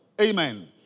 Amen